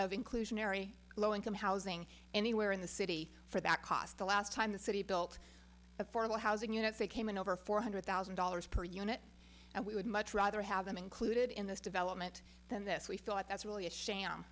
of inclusionary low income housing anywhere in the city for that cost the last time the city built affordable housing units they came in over four hundred thousand dollars per unit and we would much rather have them included in this development than this we thought that's really a sham